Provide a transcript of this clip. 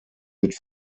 mit